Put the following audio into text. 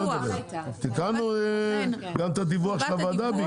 תיקנו גם את הדיווח של הוועדה.